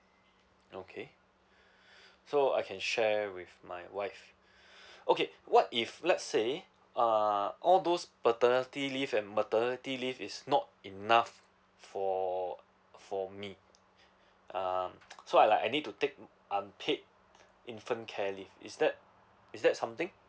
okay so I can share with my wife okay what if let's say uh all those paternity leave and maternity leave is not enough for for me um so I like I need to take unpaid infant care leave is that is that something